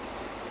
mm